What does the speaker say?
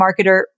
marketer